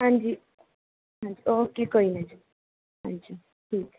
ਹਾਂਜੀ ਹਾਂਜੀ ਓਕੇ ਕੋਈ ਨਾ ਜੀ ਹਾਂਜੀ ਠੀਕ ਆ